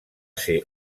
ser